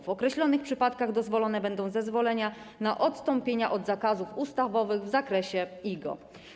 W określonych przypadkach dozwolone będą zezwolenia na odstąpienia od zakazów ustawowych w zakresie IGO.